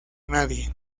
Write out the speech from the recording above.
nadie